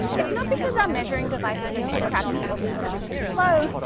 it's not because our measuring devices are too crappy or because we're too slow,